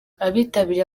abitabiriye